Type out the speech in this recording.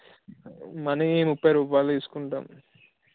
money ముప్పై రూపాయలు తీసుకుంటాను